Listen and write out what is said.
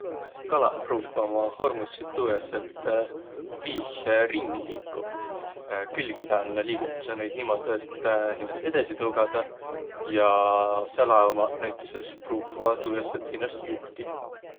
Kalaq pruukvaq uma hormussit tuujaos, et viih ringi liikuq. Külgi pääl nä liigutasõ naid niimuudu, et hinnäst edesi tougadaq ja sälä umaq näütüses pruukvaq tuujaos, et juhtiq.